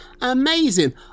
amazing